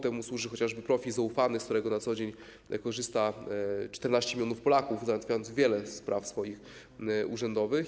Temu służy chociażby profil zaufany, z którego na co dzień korzysta 14 mln Polaków, załatwiając wiele swoich spraw urzędowych.